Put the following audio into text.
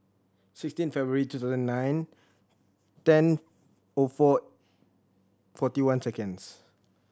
sixteen February two thousand and nine ten O four forty one seconds